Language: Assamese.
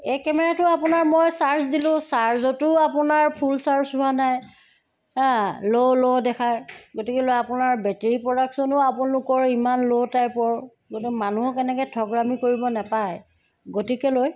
এই কেমেৰাটো আপোনাৰ মই চাৰ্জ দিলোঁ চাৰ্জটো আপোনাৰ ফুল চাৰ্জ হোৱা নাই ল' ল' দেখায় গতিকেলৈ আপোনাৰ বেটেৰী প্ৰডাকশ্যনো আপোনালোকৰ ইমান ল' টাইপৰ মানুহক এনেকৈ ঠগৰামী কৰিব নাপায় গতিকেলৈ